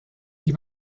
die